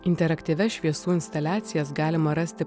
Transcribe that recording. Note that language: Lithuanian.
interaktyvias šviesų instaliacijas galima rasti